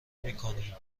میکنیم